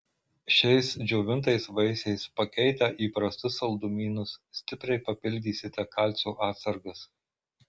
šiais džiovintais vaisiais pakeitę įprastus saldumynus stipriai papildysite kalcio atsargas